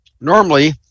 normally